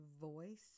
Voice